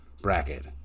Bracket